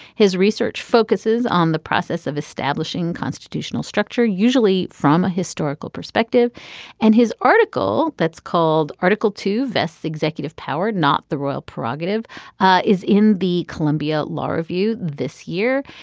his research focuses on the process of establishing constitutional structure usually from a historical perspective and his article that's called article two vests executive power not the royal prerogative is in the columbia law review this year.